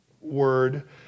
word